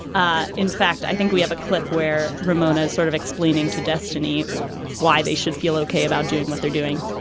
ah in fact i think we have a clip where ramona is sort of explaining to destiny why they should feel okay about doing what they're doing.